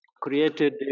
created